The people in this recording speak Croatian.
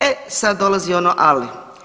E, sad dolazi ono ali.